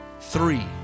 Three